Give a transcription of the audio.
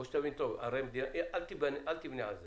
אל תבנה על זה,